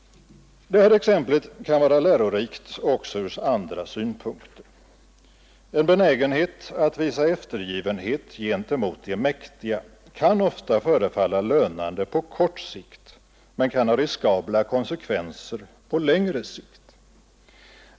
Det här exemplet kan vara lärorikt också ur andra synpunkter. En benägenhet att visa eftergivenhet gentemot de mäktiga kan ofta förefalla lönande på kort sikt men kan ha riskabla konsekvenser på längre sikt.